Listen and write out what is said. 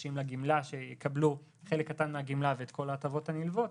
חדשים לגמלה שיקבלו חלק קטן מהגמלה ואת כל ההטבות הנלוות,